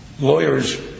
lawyers